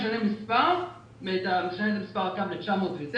משנה את מספר הקו ל-909,